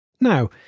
Now